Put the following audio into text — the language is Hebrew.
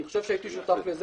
אני חושב שהייתי שותף לזה.